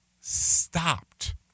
stopped